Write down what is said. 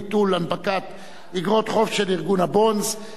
ביטול הנפקת איגרות חוב של ארגון "הבונדס"),